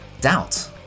doubt